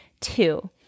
two